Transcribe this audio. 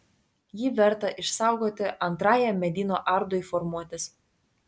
jį verta išsaugoti antrajam medyno ardui formuotis